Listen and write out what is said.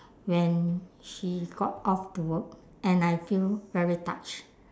when she got off to work and I feel very touched